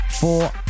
four